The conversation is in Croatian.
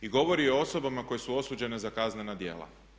I govori o osobama koje su osuđene za kaznena djela.